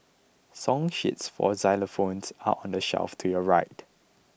song sheets for xylophones are on the shelf to your right